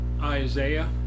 Isaiah